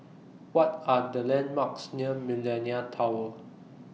What Are The landmarks near Millenia Tower